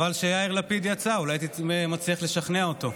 חבל שיאיר לפיד יצא, אולי הייתי מצליח לשכנע אותו.